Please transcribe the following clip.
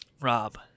rob